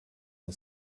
and